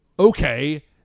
okay